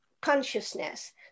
consciousness